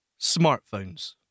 smartphones